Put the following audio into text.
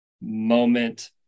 moment